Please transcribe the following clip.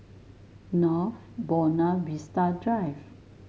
North Buona Vista Drive